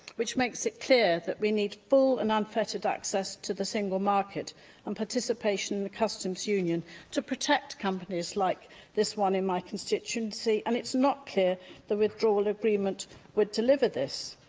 which makes it clear that we need full and unfettered access to the single market and participation in the customs union to protect companies like this one in my constituency. and it's not clear that the withdrawal agreement would deliver this.